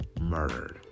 murdered